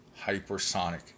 hypersonic